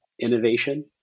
innovation